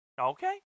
Okay